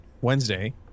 Wednesday